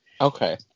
Okay